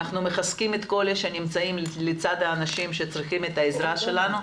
אנחנו מחזקים את כל אלה שנמצאים לצד האנשים שצריכים את העזרה שלנו,